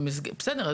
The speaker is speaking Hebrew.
בסדר,